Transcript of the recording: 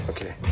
Okay